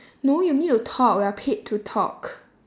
no you need to talk we are paid to talk